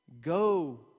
Go